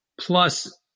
plus